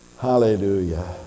Hallelujah